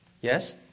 Yes